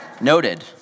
Noted